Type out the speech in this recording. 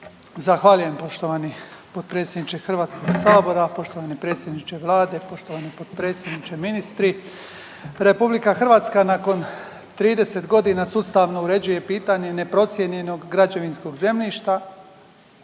Zahvaljujem poštovani potpredsjedniče HS-a. Poštovani predsjedniče vlade, poštovani potpredsjedniče, ministri. RH nakon 30 godina sustavno uređuje pitanje neprocijenjenog građevinskog zemljišta